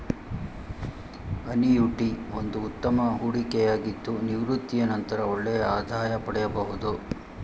annuity ಒಂದು ಉತ್ತಮ ಹೂಡಿಕೆಯಾಗಿದ್ದು ನಿವೃತ್ತಿಯ ನಂತರ ಒಳ್ಳೆಯ ಆದಾಯ ಪಡೆಯಬಹುದು